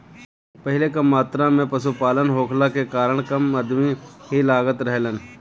पहिले कम मात्रा में पशुपालन होखला के कारण कम अदमी ही लागत रहलन